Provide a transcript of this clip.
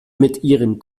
ihrem